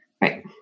Right